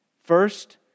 First